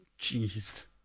Jeez